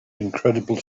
incredible